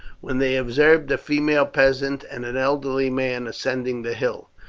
when they observed a female peasant and an elderly man ascending the hill.